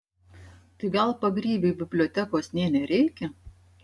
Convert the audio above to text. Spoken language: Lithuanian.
tai gal pagrybiui bibliotekos nė nereikia